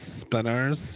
spinners